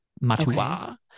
Matua